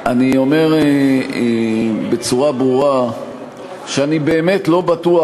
אני אומר בצורה ברורה שאני באמת לא בטוח